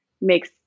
makes